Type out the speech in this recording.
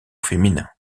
féminin